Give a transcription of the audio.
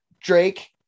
Drake